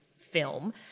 film